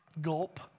Gulp